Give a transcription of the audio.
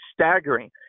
staggering